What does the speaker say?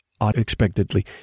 unexpectedly